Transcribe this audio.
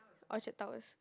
Orchard Towers